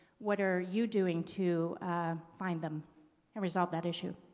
what are you doing to find them and resolve that issue?